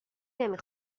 نمی